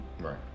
Right